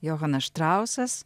johanas štrausas